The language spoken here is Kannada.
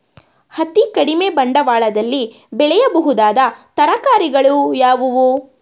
ಅತೀ ಕಡಿಮೆ ಬಂಡವಾಳದಲ್ಲಿ ಬೆಳೆಯಬಹುದಾದ ತರಕಾರಿಗಳು ಯಾವುವು?